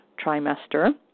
trimester